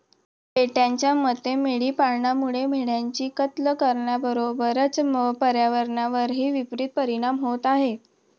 पेटाच्या मते मेंढी पालनामुळे मेंढ्यांची कत्तल करण्याबरोबरच पर्यावरणावरही विपरित परिणाम होत आहे